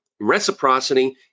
Reciprocity